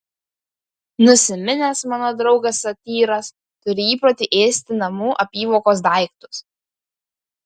nusiminęs mano draugas satyras turi įprotį ėsti namų apyvokos daiktus